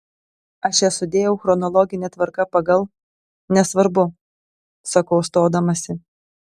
aš jas sudėjau chronologine tvarka pagal nesvarbu sakau stodamasi